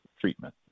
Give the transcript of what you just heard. treatment